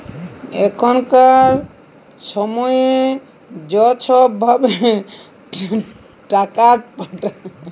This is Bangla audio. এখলকার ছময়ে য ছব ভাবে টাকাট পাঠায়